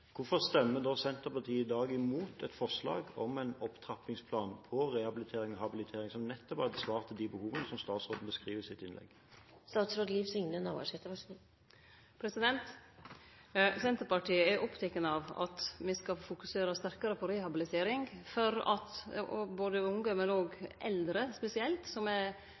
Hvorfor stemmer da Senterpartiet i dag mot et forslag om en opptrappingsplan for rehabilitering/habilitering som nettopp hadde svart til de behovene som statsråden beskriver i sitt innlegg? Me i Senterpartiet er opptekne av at me skal fokusere sterkare på rehabilitering for at både unge og eldre spesielt, som